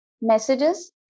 messages